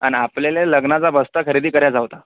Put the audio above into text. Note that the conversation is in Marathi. आणि आपल्याला लग्नाचा बस्ता खरेदी करायचा होता